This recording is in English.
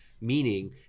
Meaning